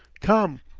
come!